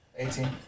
18